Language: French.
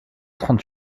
trente